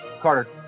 Carter